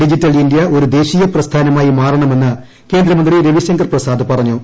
digital India ഒരു ദേശീയ പ്രസ്ഥാനമായി മാറണമെന്ന് കേന്ദ്രമന്ത്രി രവിശങ്കർ പ്രസാദ് പറഞ്ഞു